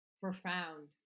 Profound